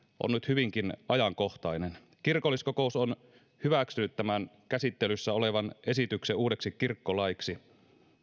on nyt hyvinkin ajankohtainen kirkolliskokous on hyväksynyt tämän käsittelyssä olevan esityksen uudeksi kirkkolaiksi